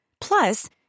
Plus